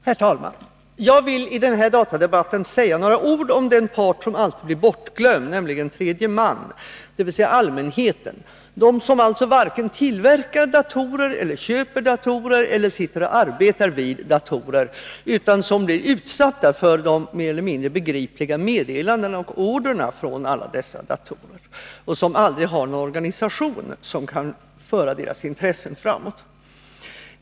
Herr talman! Jag vill i denna datadebatt säga några ord om den part som alltid blir bortglömd, nämligen tredje man, dvs. allmänheten — alla de människor som varken tillverkar datorer, köper datorer eller arbetar vid datorer men som blir utsatta för de mer eller mindre begripliga meddelandena och orderna från dessa datorer. De har ingen organisation som kan föra fram deras intressen.